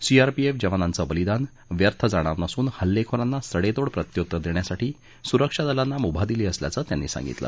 CRPF जवानांचं बलिदान व्यर्थ जाणार नसून हल्लेखोरांना सडेतोड प्रत्युत्तर देण्यासाठी सुरक्षा दलांना मुभा दिली असल्याचं त्यांनी सांगितलं